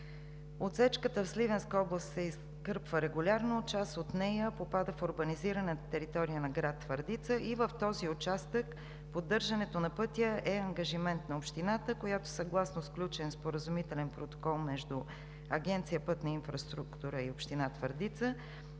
Отсечката в Сливенска област се изкърпва регулярно, част от нея попада в урбанизираната територия на град Твърдица и в този участък поддържането на пътя е ангажимент на общината, която полага грижи съгласно сключен споразумителен протокол между Агенция „Пътна инфраструктура“ и община Твърдица